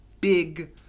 big